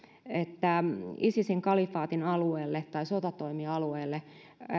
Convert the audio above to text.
että isisin kalifaatin alueelle tai sotatoimialueelle